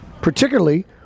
particularly